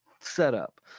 setup